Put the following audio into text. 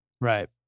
Right